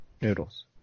noodles